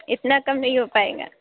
اتنا کم نہیں ہو پائے گا